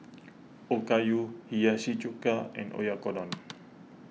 Okayu Hiyashi Chuka and Oyakodon